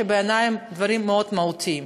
שבעיני הם דברים מאוד מהותיים.